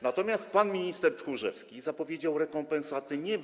Natomiast pan minister Tchórzewski zapowiedział rekompensaty nie w.